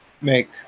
make